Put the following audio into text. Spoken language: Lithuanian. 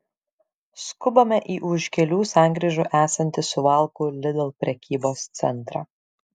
skubame į už kelių sankryžų esantį suvalkų lidl prekybos centrą